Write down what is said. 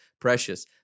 Precious